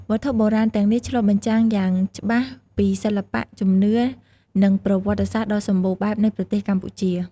វត្ថុបុរាណទាំងនេះឆ្លុះបញ្ចាំងយ៉ាងច្បាស់ពីសិល្បៈ ជំនឿ និងប្រវត្តិសាស្ត្រដ៏សម្បូរបែបនៃប្រទេសកម្ពុជា។